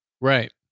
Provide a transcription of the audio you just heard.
Right